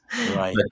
Right